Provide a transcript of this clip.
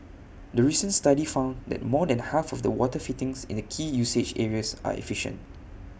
the recent study found that more than half of the water fittings in the key usage areas are efficient